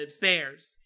bears